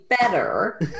better